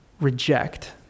reject